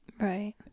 Right